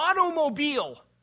automobile